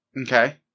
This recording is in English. Okay